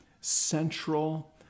central